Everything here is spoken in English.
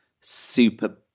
super